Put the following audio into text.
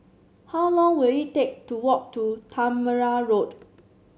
how long will it take to walk to Tangmere Road